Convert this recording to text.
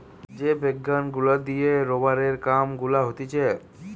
যে বিজ্ঞান গুলা দিয়ে রোবারের কাম গুলা করা হতিছে